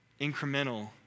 incremental